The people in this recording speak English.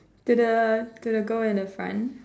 to the to the girl in the front